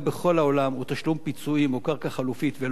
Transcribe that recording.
הוא תשלום פיצויים או קרקע חלופית ולא הריסה.